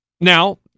Now